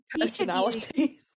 personality